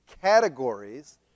categories